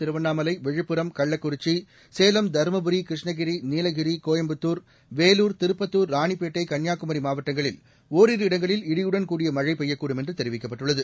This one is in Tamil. திருவண்ணாமலை விழுப்புரம் கள்ளக்குறிச்சி சேலம் தருமபுரி கிருஷ்ணகிரி நீலகிரி கோயம்புத்தூர் வேலூர் திருப்பத்தூர் ராணிப்பேட்டை கன்னியாகுமரி மாவட்டங்களில் ஓரிரு இடங்களில் இடியுடன் கூடிய மழை பெய்யக்கூடும் என்று தெரிவிக்கப்பட்டுள்ளது